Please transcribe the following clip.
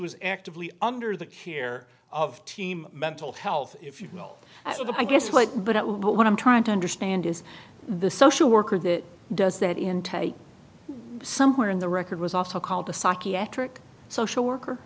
was actively under the care of team mental health if you know as of i guess what but what i'm trying to understand is the social worker that does that intake somewhere in the record was also called a psychiatric social worker